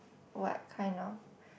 what kind of